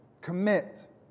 Commit